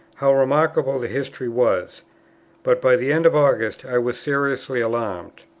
how remarkable the history was but by the end of august i was seriously alarmed.